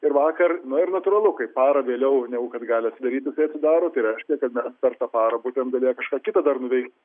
ir vakar na ir natūralu kai parą vėliau negu kad gali daryti tai atsidaro tai reiškia kad mes per tą parą būtume galėję kažką kita dar nuveikt